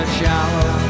shallow